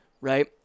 right